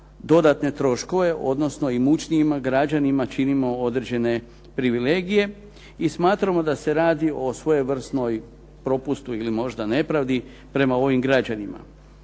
dodatne troškove, odnosno imućnijim građanima činimo određene privilegije i smatramo da se radi o svojevrsnom propustu ili nepravdi prema ovim građanima.